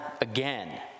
again